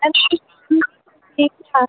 sir कुछ